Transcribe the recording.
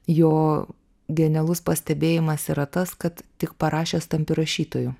jo genialus pastebėjimas yra tas kad tik parašęs tampi rašytoju